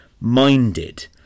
minded